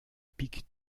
pic